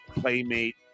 playmate